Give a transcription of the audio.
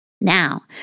Now